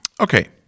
Okay